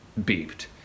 beeped